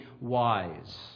wise